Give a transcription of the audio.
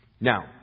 Now